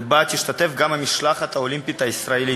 ובה תשתתף גם המשלחת האולימפית הישראלית.